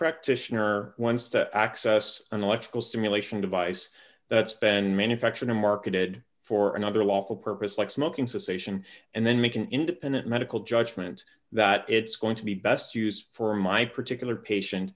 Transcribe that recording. practitioner once to access an electrical stimulation device that's been manufactured and marketed for another lawful purpose like smoking cessation and then make an independent medical judgment that it's going to be best used for my particular patient